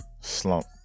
slump